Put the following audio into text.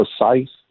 precise